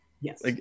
Yes